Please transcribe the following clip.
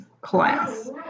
class